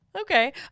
Okay